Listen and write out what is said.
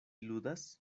ludas